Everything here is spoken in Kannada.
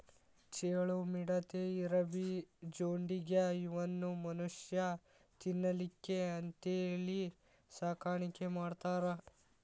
ಚೇಳು, ಮಿಡತಿ, ಇರಬಿ, ಜೊಂಡಿಗ್ಯಾ ಇವನ್ನು ಮನುಷ್ಯಾ ತಿನ್ನಲಿಕ್ಕೆ ಅಂತೇಳಿ ಸಾಕಾಣಿಕೆ ಮಾಡ್ತಾರ